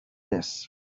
less